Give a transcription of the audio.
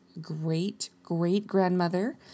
great-great-grandmother